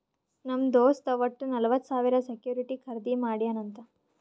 ನಮ್ ದೋಸ್ತ್ ವಟ್ಟ ನಲ್ವತ್ ಸಾವಿರ ಸೆಕ್ಯೂರಿಟಿ ಖರ್ದಿ ಮಾಡ್ಯಾನ್ ಅಂತ್